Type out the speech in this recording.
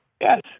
Yes